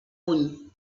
puny